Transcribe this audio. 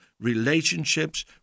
relationships